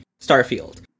starfield